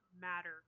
matter